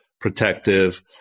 protective